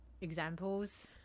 examples